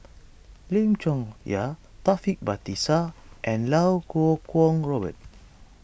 Lim Chong Yah Taufik Batisah and Iau Kuo Kwong Robert